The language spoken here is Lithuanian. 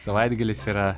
savaitgalis yra